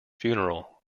funeral